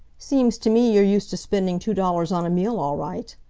seems to me you're used to spending two dollars on a meal all right.